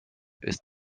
ist